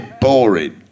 boring